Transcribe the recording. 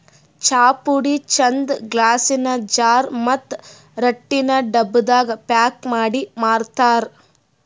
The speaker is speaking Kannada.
ಚಾಪುಡಿ ಚಂದ್ ಗ್ಲಾಸಿನ್ ಜಾರ್ ಮತ್ತ್ ರಟ್ಟಿನ್ ಡಬ್ಬಾದಾಗ್ ಪ್ಯಾಕ್ ಮಾಡಿ ಮಾರ್ತರ್